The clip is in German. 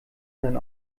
sein